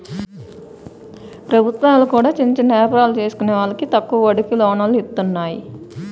ప్రభుత్వాలు కూడా చిన్న చిన్న యాపారాలు చేసుకునే వాళ్లకి తక్కువ వడ్డీకే లోన్లను ఇత్తన్నాయి